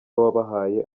wabahaye